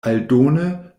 aldone